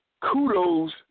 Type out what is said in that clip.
Kudos